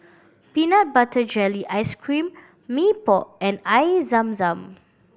peanut butter jelly ice cream Mee Pok and Air Zam Zam